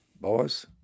boys